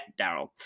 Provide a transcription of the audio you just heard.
Daryl